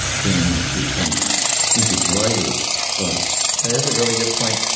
tinner makes good points. i think this leiter's is a really good point.